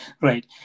Right